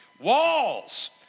Walls